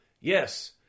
yes